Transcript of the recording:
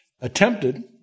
attempted